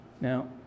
Now